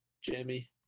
Jimmy